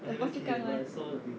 the phua chu kang [one]